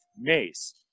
mace